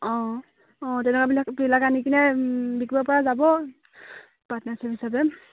অঁ অঁ তেনেকুৱাবিলাক আনি কিনে বিকিব পৰা যাব পাৰ্টনাৰশ্বিপ হিচাপে